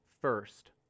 first